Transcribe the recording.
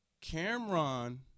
Cameron